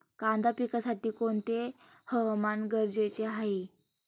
कांदा पिकासाठी कोणते हवामान गरजेचे आहे?